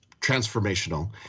transformational